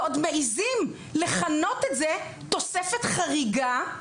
ומעיזים לכנות את זה תוספת חריגה,